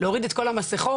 להוריד את כל המסכות,